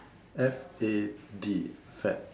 F A D